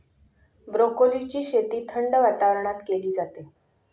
ब्रोकोलीची शेती थंड वातावरणात केली जाते